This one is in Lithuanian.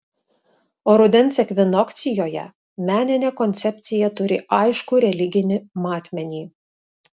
o rudens ekvinokcijoje meninė koncepcija turi aiškų religinį matmenį